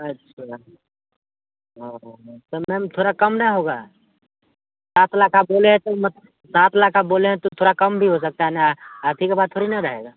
अच्छा ओहो मैम तो मैम थोड़ा कम ना होगा सात लाख आप बोले हैं तो मैम सात लाख आप बोले हैं तो थोड़ा कम भी हो सकता है ना आप ही की बात थोड़ी ना रहेगी